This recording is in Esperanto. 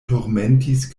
turmentis